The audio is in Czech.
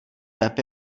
web